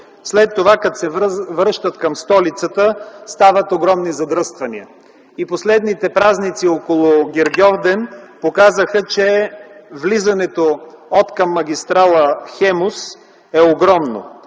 след това, като се връщат към столицата, стават огромни задръствания. И последните празници около Гергьовден показаха, че влизането откъм магистрала „Хемус” е трудно,